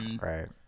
Right